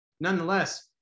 nonetheless